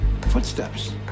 footsteps